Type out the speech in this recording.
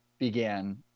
began